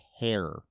hair